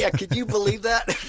yeah could you believe that